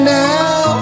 now